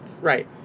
Right